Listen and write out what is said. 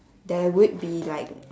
there would be like